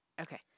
Okay